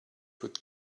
would